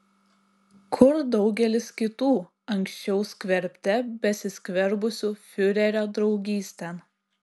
kur daugelis kitų anksčiau skverbte besiskverbusių fiurerio draugystėn